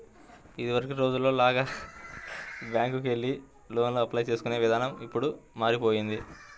ఇదివరకటి రోజుల్లో లాగా బ్యేంకుకెళ్లి లోనుకి అప్లై చేసుకునే ఇదానం ఇప్పుడు మారిపొయ్యింది